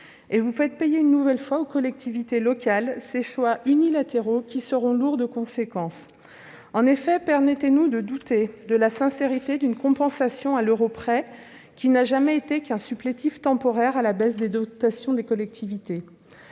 CFE. Vous faites payer une nouvelle fois aux collectivités locales ces choix unilatéraux qui seront lourds de conséquences. Et permettez-nous de douter de la sincérité d'une compensation « à l'euro près », qui n'a jamais été qu'un supplétif temporaire à la baisse des ressources des collectivités.